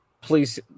please